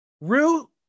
rue